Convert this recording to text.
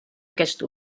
aquest